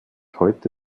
heute